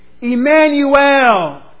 Emmanuel